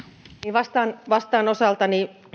vastaan vastaan osaltani